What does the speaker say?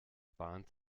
bahnt